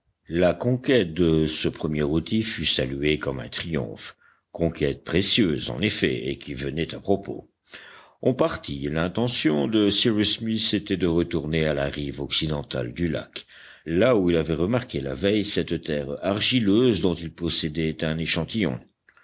la conquête de ce premier outil fut saluée comme un triomphe conquête précieuse en effet et qui venait à propos on partit l'intention de cyrus smith était de retourner à la rive occidentale du lac là où il avait remarqué la veille cette terre argileuse dont il possédait un échantillon